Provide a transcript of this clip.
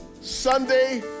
Sunday